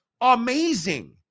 amazing